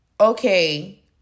okay